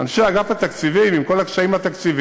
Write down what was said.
אנשי אגף התקציבים, עם כל הקשיים התקציביים,